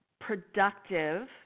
productive